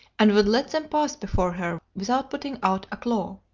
and would let them pass before her without putting out a claw.